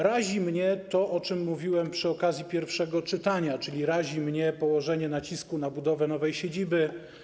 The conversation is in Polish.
Razi mnie to, o czym mówiłem przy okazji pierwszego czytania, czyli razi mnie położenie nacisku na budowę nowej siedziby.